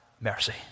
mercy